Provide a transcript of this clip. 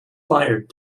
fired